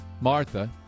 Martha